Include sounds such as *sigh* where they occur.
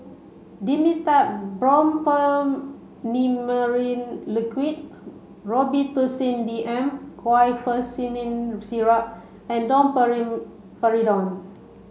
Dimetapp Brompheniramine Liquid Robitussin D M Guaiphenesin Syrup and *unintelligible*